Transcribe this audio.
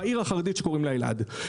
בעיר החרדית שקוראים לה אלעד.